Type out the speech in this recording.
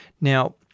now